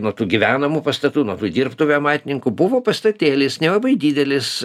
nuo tų gyvenamų pastatų nuo dirbtuvių amatininkų buvo pastatėlis nelabai didelis